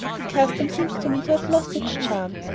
the custom seems to me to have lost its charm.